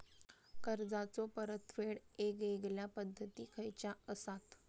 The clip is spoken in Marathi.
कर्जाचो परतफेड येगयेगल्या पद्धती खयच्या असात?